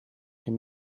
dem